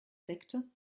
sekte